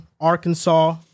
Arkansas